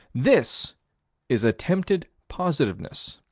this is attempted positiveness.